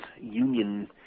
union